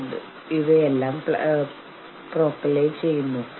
ഈ പദപ്രയോഗത്തിൽ രണ്ട് വാക്കുകൾ ഉൾകൊള്ളുന്നു